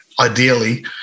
ideally